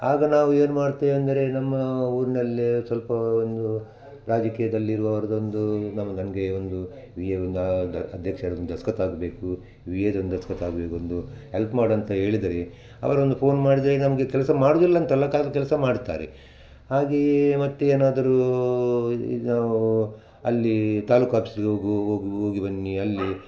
ಆಗ ನಾವು ಏನ್ಮಾಡ್ತೆ ಅಂದರೆ ನಮ್ಮ ಊರಿನ್ಲಲೇ ಸ್ವಲ್ಪ ಒಂದು ರಾಜಕೀಯದಲ್ಲಿರುವ ಅವರದೊಂದು ನಮ್ಮ ನನಗೆ ಒಂದು ವಿಎ ಒಂದು ಅಧ್ಯಕ್ಷರದೊಂದ್ ದಸ್ಕತಾಗಬೇಕು ವಿಎದೊಂದು ದಸ್ಕತ್ತಾಗಬೇಕು ಒಂದು ಹೆಲ್ಪ್ ಮಾಡಂತ ಹೇಳಿದರೆ ಅವರೊಂದು ಫೋನ್ ಮಾಡಿದರೆ ನಮಗೆ ಕೆಲಸ ಮಾಡುದಿಲ್ಲಂತಲ್ಲ ಕಾಲದ ಕೆಲಸ ಮಾಡ್ತಾರೆ ಹಾಗೆಯೇ ಮತ್ತೇನಾದರೂ ಇದು ಅಲ್ಲಿ ತಾಲೂಕು ಆಫೀಸ್ಗೆ ಹೋಗು ಹೋಗು ಹೋಗಿ ಬನ್ನಿ ಅಲ್ಲಿ